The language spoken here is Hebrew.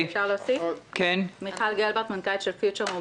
אני מנכ"לית פיוטצ'ר מוביליטי.